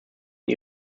und